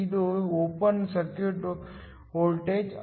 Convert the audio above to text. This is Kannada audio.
ಇದು ಓಪನ್ ಸರ್ಕ್ಯೂಟ್ ವೋಲ್ಟೇಜ್